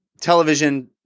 television